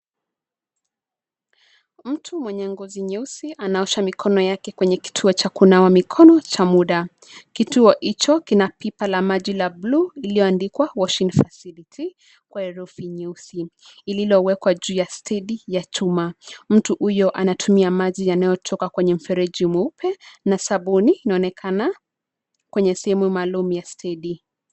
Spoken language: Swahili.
Mtu mwenye ngozi nyeusi, anaosha mikono yake kwenye kituo cha kunawa mikono cha muda. Kituo hicho kina pipa la maji la buluu lililoandikwa washing facility kwa herufi nyeusi; lililowekwa kwenye stendi ya chuma. Mtu huyo anatumia maji yanayotoka kwenye mfereji mweupe na sabuni inaonekana kwenye sehemu maalum ya stendi.